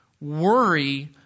worry